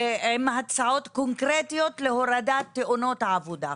עם הצעות קונקרטיות להורדת תאונות העבודה.